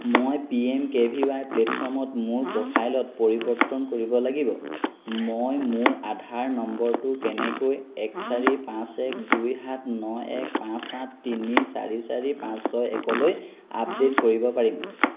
মই P M K V Y প্লেটফৰ্মত মোৰ প্ৰফাইলত পৰিৱৰ্তন কৰিব লাগিব মই মোৰ আধাৰ নম্বৰটো কেনেকৈ এক চাৰি পাঁচ এক দুই সাত ন এক পাঁচ আঠ তিনি চাৰি চাৰি পাঁচ ছয় একলৈ আপডেট কৰিব পাৰিম